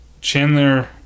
Chandler